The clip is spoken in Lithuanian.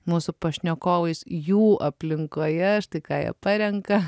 mūsų pašnekovais jų aplinkoje štai ką jie parenka